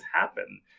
happen